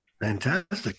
fantastic